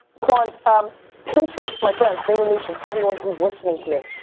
kwan's um pinterest, my friends, vaynernation, everyone who's listening to this,